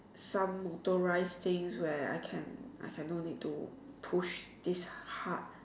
some authorize thing where I can I can no need to push this hard